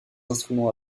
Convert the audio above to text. instruments